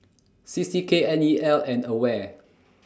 C C K N E L and AWARE